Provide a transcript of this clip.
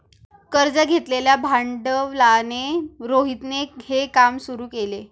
कर्ज घेतलेल्या भांडवलाने रोहितने हे काम सुरू केल